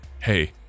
hey